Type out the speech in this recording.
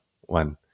one